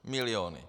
Miliony.